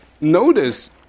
notice